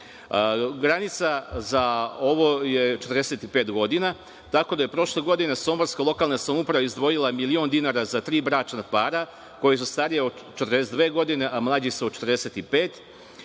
Granica za ovo je 45 godina, tako da je prošle godine somborska lokalna samouprava izdvojila milion dinara za tri bračna para koji su stariji od 42 godine, a mlađi su od 45